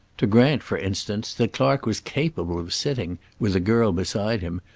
to grant, for instance, that clark was capable of sitting, with a girl beside him,